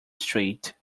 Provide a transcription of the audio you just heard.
street